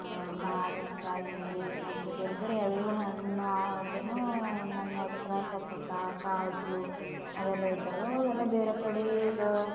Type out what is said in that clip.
ಮಾವಿನಕಾಯಿ ಮತ್ತೆ ಬೇರೆಬೇರೆ ಎಲ್ಲ ಹಣ್ಣು ಆದ್ರೂ ನಮ್ಮತ್ರ ಸಪೋಟ ಕಾಜು ಅವೆಲ್ಲ ಇದ್ದವು ಎಲ್ಲ ಬೇರೆ ಕಡೆ ಈಗ